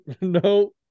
no